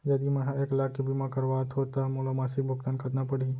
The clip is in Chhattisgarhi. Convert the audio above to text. यदि मैं ह एक लाख के बीमा करवात हो त मोला मासिक भुगतान कतना पड़ही?